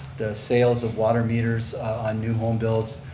the sales of water meters on new homes builds,